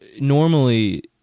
normally